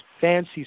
fancy